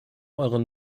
eure